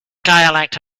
dialect